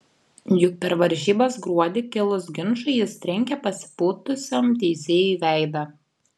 juk per varžybas gruodį kilus ginčui jis trenkė pasipūtusiam teisėjui į veidą